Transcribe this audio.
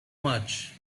much